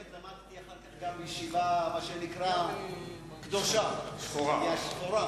למדתי אחר כך גם בישיבה, מה שנקרא, קדושה, שחורה.